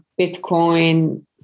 Bitcoin